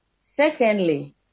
Secondly